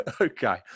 okay